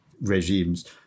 regimes